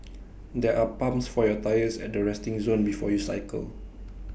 there are pumps for your tyres at the resting zone before you cycle